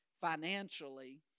financially